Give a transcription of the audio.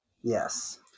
Yes